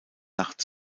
nacht